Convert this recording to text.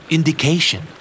Indication